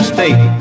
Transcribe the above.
State